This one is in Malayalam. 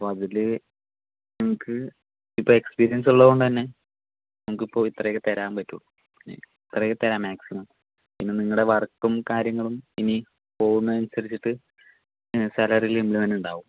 ഇപ്പോൾ അതില് നമുക്ക് ഇപ്പോൾ എക്സ്പിരിയൻസുള്ളതു കൊണ്ട് തന്നെ നമുക്കിപ്പോൾ ഇത്രെയൊക്കെ തരാൻപറ്റു ഇത്രെയൊക്കെ തരാം മാക്സിമം പിന്നെ നിങ്ങളുടെ വർക്കും കാര്യങ്ങളുമിനി പോവുന്നതനുസരിച്ചിട്ടു സാലറിയിൽ ഇമ്പ്രൂവ്മെന്റുണ്ടാകും